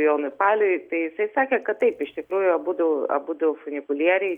jonui paliui tai jisai sakė kad taip iš tikrųjų abudu abudu funikulieriai